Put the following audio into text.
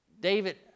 David